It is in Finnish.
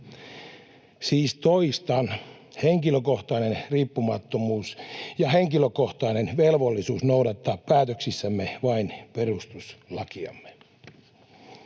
Siis toistan: henkilökohtainen riippumattomuus ja henkilökohtainen velvollisuus noudattaa päätöksissämme vain perustuslakiamme.